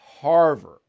Harvard